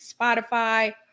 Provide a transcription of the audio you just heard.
Spotify